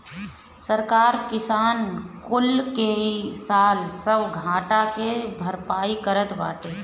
सरकार किसान कुल के इ साल सब घाटा के भरपाई करत बाटे